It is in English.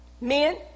Men